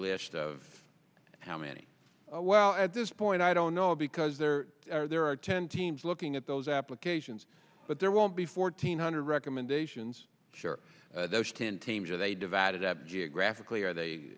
list of how many well at this point i don't know it because there are there are ten teams looking at those applications but there won't be fourteen hundred recommendations sure those ten teams are they divided up geographically are they